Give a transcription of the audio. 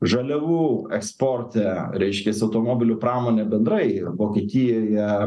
žaliavų eksporte reiškias automobilių pramonė bendrai ir vokietijoje